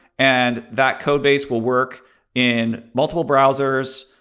and that code base will work in multiple browsers,